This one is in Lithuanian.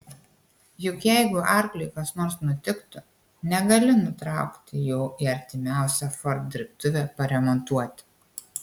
juk jeigu arkliui kas nors nutiktų negali nutraukti jo į artimiausią ford dirbtuvę paremontuoti